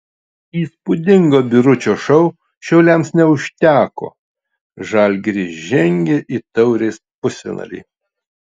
įspūdingo biručio šou šiauliams neužteko žalgiris žengė į taurės pusfinalį